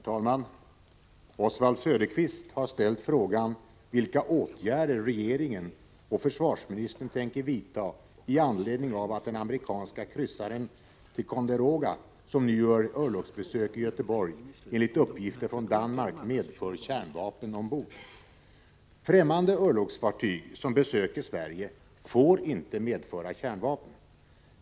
Herr talman! Oswald Söderqvist har ställt frågan vilka åtgärder regeringen och försvarsministern tänker vidta i anledning av att den amerikanska kryssaren Ticonderoga, som nu gör örlogsbesök i Göteborg, enligt uppgifter från Danmark medför kärnvapen ombord. Främmande örlogsfartyg som besöker Sverige får inte medföra kärnvapen.